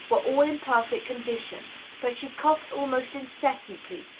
were all in perfect condition but she coughed almost incessantly,